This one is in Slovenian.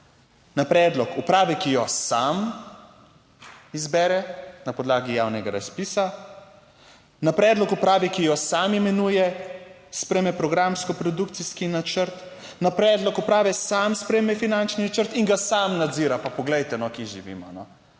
na predlog uprave, ki jo sam izbere na podlagi javnega razpisa. Na predlog uprave, ki jo sam imenuje sprejme programsko produkcijski načrt. Na predlog uprave, sam sprejme finančni načrt in ga sam nadzira. Pa poglejte no, kje živimo.